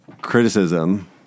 criticism